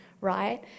right